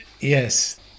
Yes